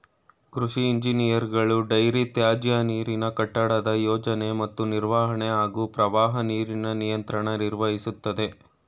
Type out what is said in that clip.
ಕೃಷಿ ಇಂಜಿನಿಯರ್ಗಳು ಡೈರಿ ತ್ಯಾಜ್ಯನೀರಿನ ಕಟ್ಟಡದ ಯೋಜನೆ ಮತ್ತು ನಿರ್ವಹಣೆ ಹಾಗೂ ಪ್ರವಾಹ ನೀರಿನ ನಿಯಂತ್ರಣ ನಿರ್ವಹಿಸ್ತದೆ